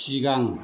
सिगां